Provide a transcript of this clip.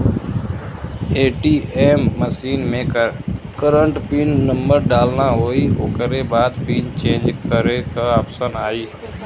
ATM machine में current pin number डालना होई ओकरे बाद पिन चेंज करे क ऑप्शन आई